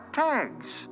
tags